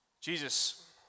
Jesus